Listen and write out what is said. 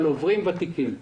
אבל גם ותיקים עוברים.